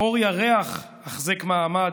"אור ירח החזק מעמד,